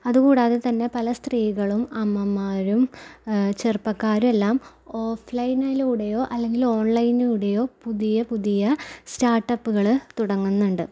അത് കൂടാതെ തന്നെ പല സ്ത്രീകളും അമ്മമാരും ചെറുപ്പക്കാരുമെല്ലാം ഓഫ്ലൈനിലൂടെയോ അല്ലെങ്കിൽ ഓൺലൈനൂടെയോ പുതിയ പുതിയ സ്റ്റാർട്ടപ്പുകള് തുടങ്ങുന്നുണ്ട്